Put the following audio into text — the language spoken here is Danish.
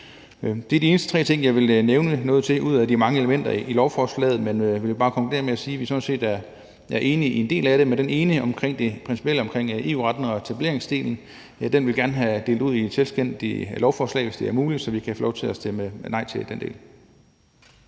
Det er de eneste tre ting, jeg vil nævne noget om, ud af de mange elementer i lovforslaget. Men jeg vil bare konkludere og sige, at vi sådan set er enige i en del af det. Men det ene omkring det principielle omkring EU-retten og etableringsdelen vil vi gerne have delt ud i et selvstændigt lovforslag, hvis det er muligt, så vi kan få lov til at stemme nej til den del.